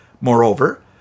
Moreover